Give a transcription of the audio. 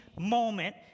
moment